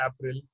April